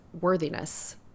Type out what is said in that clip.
worthiness